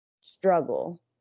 struggle